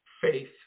faith